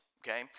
okay